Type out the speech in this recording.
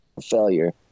failure